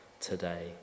today